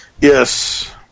Yes